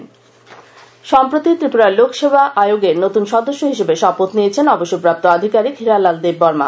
শপথ সম্প্রতি ত্রিপুরা লোক সেবা আয়োগের নতুন সদস্য হিসেবে শপথ নিয়েছেন অবসরপ্রাপ্ত আধিকারিক হীরালাল দেববর্মা